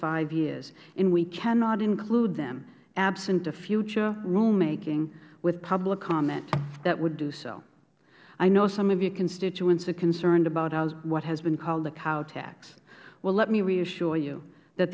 five years and we cannot include them absent a future rulemaking with public comment that would do so i know some of your constituents are concerned about what has been called a cow tax well let me reassure you that